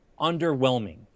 underwhelming